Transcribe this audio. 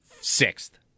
sixth